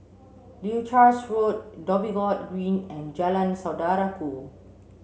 Leuchars Road Dhoby Ghaut Green and Jalan Saudara Ku